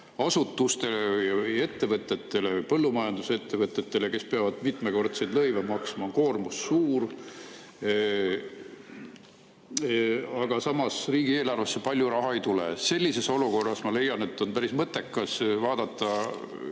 asutustele ja ettevõtetele või põllumajandusettevõtetele, kes peavad mitmekordseid lõive maksma, on koormus suur, aga samas riigieelarvesse palju raha ei tule. Sellises olukorras, ma leian, on päris mõttekas kulutada